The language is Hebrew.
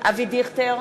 אבי דיכטר,